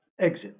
exit